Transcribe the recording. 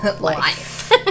Life